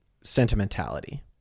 sentimentality